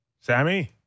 Sammy